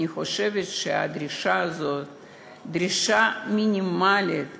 אני חושבת שהדרישה הזאת היא דרישה מינימלית,